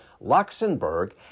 Luxembourg